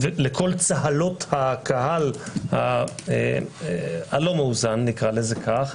לקול צהלות הקהל הלא מאוזן, נקרא לזה כך,